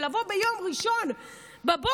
של לבוא ביום ראשון בבוקר,